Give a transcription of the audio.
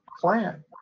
plan